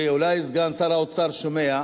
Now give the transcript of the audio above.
ואולי סגן שר האוצר שומע.